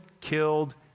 killed